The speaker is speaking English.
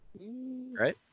Right